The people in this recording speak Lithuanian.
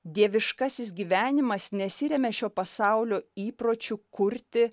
dieviškasis gyvenimas nesiremia šio pasaulio įpročiu kurti